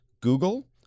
Google